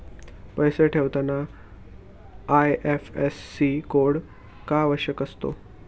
पैसे पाठवताना IFSC code का आवश्यक असतो?